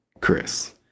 chris